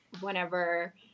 whenever